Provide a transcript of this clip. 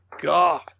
God